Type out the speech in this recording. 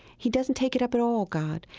he doesn't take it up at all, god.